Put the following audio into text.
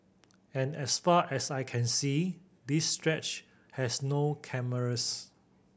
and as far as I can see this stretch has no cameras